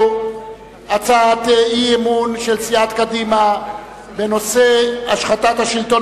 הצעת אי-אמון של סיעת קדימה בנושא השחתת השלטון